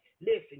Listen